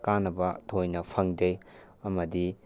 ꯀꯥꯟꯅꯕ ꯊꯣꯏꯅ ꯐꯪꯗꯦ ꯑꯃꯗꯤ